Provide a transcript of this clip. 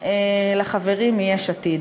לחברים מיש עתיד,